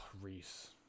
Reese